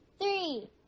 three